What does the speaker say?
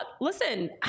listen